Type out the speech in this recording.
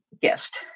gift